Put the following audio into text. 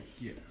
yes